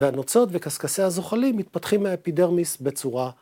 והנוצות וקסקסי הזוחלים מתפתחים מהאפידרמיס בצורה....